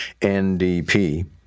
NDP